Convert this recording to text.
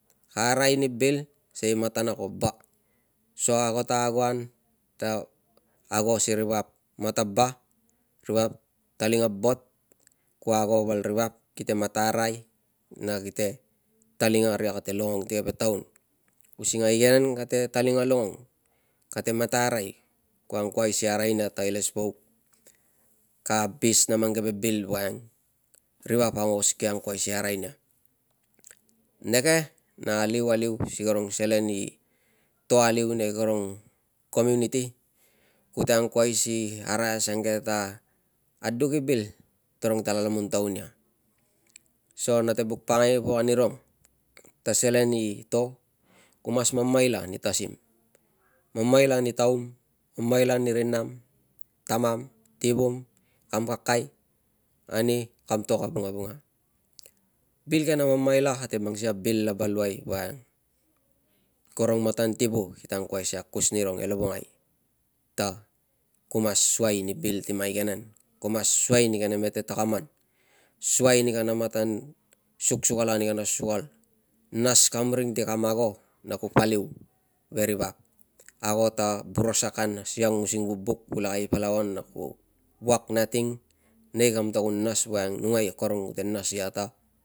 Ka arai ni bil sikei matana ko ba so ago ta agoan ta ago si ri vap mata ba, ri vap talinga bot. Ku ago val ri vap mata arai na kite talingaria kate longong si keve taun using a igenen kate talinga longong, kate mata arai ko angkuai si arainia ta ilesvauk ka abis na mang keve bil woiang ri vap aungos kio nap si ki arai nia. Neke na aliu aliu si karung selen i to aliu nei karung komuniti kute angkuai si arai asange ta aduk i bil tarung tala lomontaun ia. So nate buk pakangai pok anirung ta selen i to, ku mas mamaila ani tasim, mamaila ani taum, mamaila ani ri nam, tamam, tivum kam kakai ani kam to ka vungavunga. Bil ke na mamaila kate mang sikei a bil laba luai woiang karong matan tivu kite angkuai si akus nirong e lovongai ta ku mas suai ni bil ti mang igenen, ku mas suai ni kana mete takaman, suai ni kana matan suksukalan i kana sukal, nas kam ring ti kam ago na ku paliu veri vap, ago ta burusakan, siang using vubuk pulaka palau an na ku wuak nating. Nei kam ta kun nas woiang numai akorong kute nas ia ta